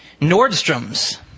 Nordstrom's